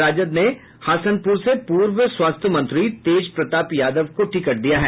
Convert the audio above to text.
राजद ने हसनपुर से पूर्व स्वास्थ्य मंत्री तेजप्रताप यादव को टिकट दिया है